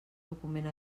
document